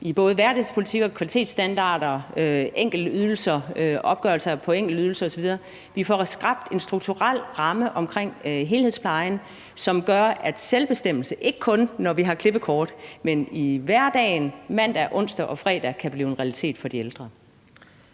både hverdagspolitik, kvalitetsstandarder, opgørelser i forhold til enkeltydelser osv. Vi får skabt en strukturel ramme omkring helhedsplejen, som gør, at selvbestemmelse, ikke kun i forbindelse med klippekortet, men i hverdagen – mandag, onsdag og fredag – kan blive en realitet for de ældre.